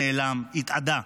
נעלם, התאדה.